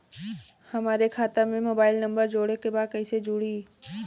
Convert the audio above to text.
हमारे खाता मे मोबाइल नम्बर जोड़े के बा कैसे जुड़ी?